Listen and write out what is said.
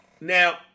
Now